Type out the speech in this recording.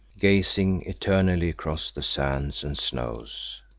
gazing eternally across the sands and snows.